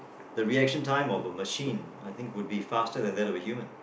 the reaction time of a machine I think would faster than that of a human